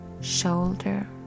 shoulder